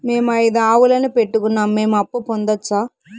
మేము ఐదు ఆవులని పెట్టుకున్నాం, మేము అప్పు పొందొచ్చా